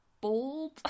bold